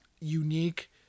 unique